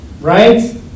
right